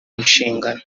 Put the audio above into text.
nshingano